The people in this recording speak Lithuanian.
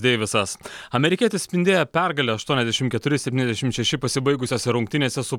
deivisas amerikietis spindėjo pergale aštuoniasdešimt keturi septyniasdešimt šeši pasibaigusiose rungtynėse su